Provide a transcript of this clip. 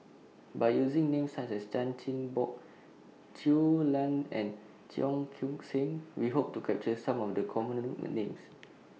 By using Names such as Chan Chin Bock Shui Lan and Cheong Koon Seng We Hope to capture Some of The Common Names